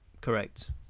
correct